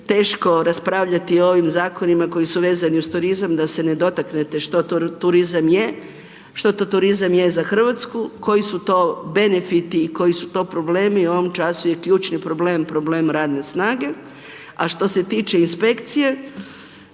teško raspravljati o ovim zakonima koji su vezani uz turizam da se ne dotaknete što to turizam je za Hrvatsku, koji su to benefiti i koji su to problemi. U ovom času je ključni problem, problem radne snage, a što se tiče inspekcije,